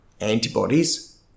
antibodies